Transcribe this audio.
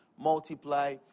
multiply